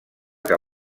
que